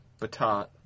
Batat